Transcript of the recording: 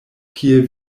kie